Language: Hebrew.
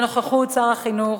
בנוכחות שר החינוך,